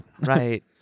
right